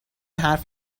حرف